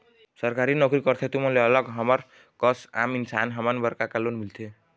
सरकारी नोकरी करथे तुमन ले अलग हमर कस आम इंसान हमन बर का का लोन मिलथे?